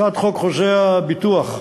הצעת חוק חוזה הביטוח (תיקון,